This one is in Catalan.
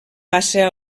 passa